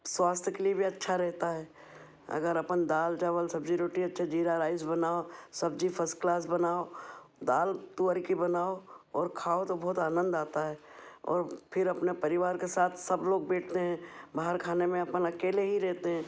स्वास्थ के लिए भी अच्छा रहता है अगर अपन दाल चावल सब्जी रोटी अच्छा जीरा राइस बनाओ सब्जी फ़स क्लास बनाओ दाल तुअर की बनाओ और खाओ तो बहुत आनंद आता है और फिर अपने परिवार के साथ सब लोग बेठते हैं बाहर खाने में अपन अकेले ही रहते हैं